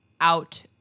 out